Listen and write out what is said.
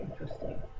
interesting